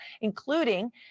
including